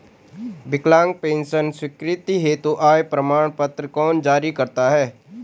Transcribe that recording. विकलांग पेंशन स्वीकृति हेतु आय प्रमाण पत्र कौन जारी करता है?